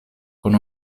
con